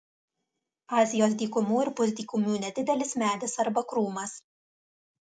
azijos dykumų ir pusdykumių nedidelis medis arba krūmas